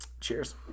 Cheers